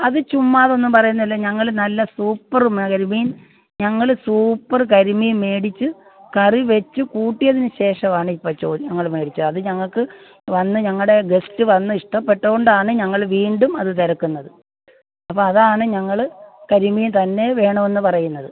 അത് ചുമ്മാതൊന്നും പറയുന്നതല്ല ഞങ്ങൾ നല്ല സൂപ്പറ് കരിമീൻ ഞങ്ങൾ സൂപ്പറ് കരിമീൻ മേടിച്ച് കറി വെച്ച് കൂട്ടിയതിന് ശേഷമാണിപ്പോൾ ചോ ഞങ്ങൾ മേടിച്ചത് അത് ഞങ്ങൾക്ക് വന്ന് ഞങ്ങളുടെ ഗസ്റ്റ് വന്ന് ഇഷ്ടപ്പെട്ടോണ്ടാണ് ഞങ്ങൾ വീണ്ടും അത് തിരക്കുന്നത് അപ്പോൾ അതാണ് ഞങ്ങൾ കരിമീൻ തന്നെ വേണമെന്ന് പറയുന്നത്